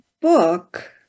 book